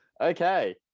Okay